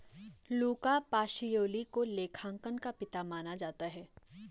लुका Pacioli को लेखांकन का पिता माना जाता है